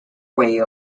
way